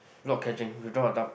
block catching without a doubt